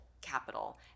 Capital